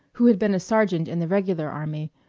who had been a sergeant in the regular army,